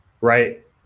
right